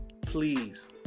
Please